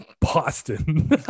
boston